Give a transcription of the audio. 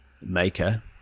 maker